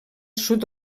sud